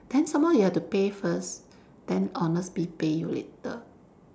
then some more you have to pay first then honestbee pay you later